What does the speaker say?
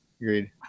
Agreed